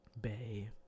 Bay